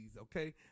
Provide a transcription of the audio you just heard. Okay